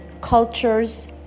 cultures